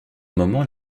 moment